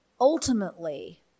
ultimately